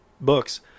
books